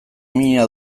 mina